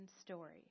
story